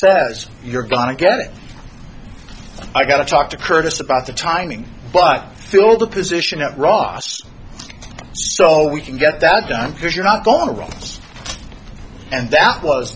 says you're gonna get it i got to talk to curtis about the timing but fill the position at ross so we can get that done because you're not gone wrong and that was